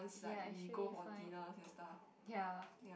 ya it should be fine ya